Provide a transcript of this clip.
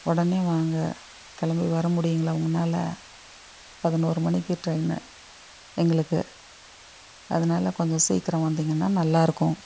உடனே வாங்க கிளம்பி வர முடியுங்களா உங்கனால் பதினொரு மணிக்கு ட்ரெயினு எங்களுக்கு அதனால் கொஞ்சம் சீக்கிரம் வந்தீங்கன்னால் நல்லாயிருக்கும்